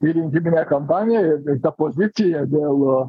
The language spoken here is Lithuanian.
į rinkiminę kampaniją ir ir ta pozicija dėl